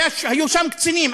היו שם קצינים.